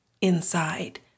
inside